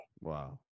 Wow